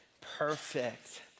perfect